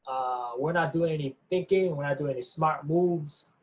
we're not doing any thinking, we're not doing any smart moves,